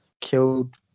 killed